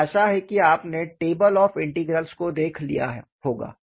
मुझे आशा है कि आपने टेबल ऑफ़ इंटेग्रेल्स को देख लिया होगा